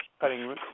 cutting